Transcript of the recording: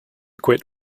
quit